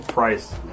price